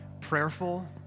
prayerful